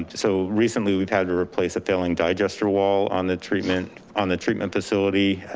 so recently we've had to replace a failing digester wall on the treatment, on the treatment facility,